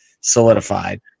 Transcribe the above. solidified